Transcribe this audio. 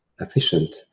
Efficient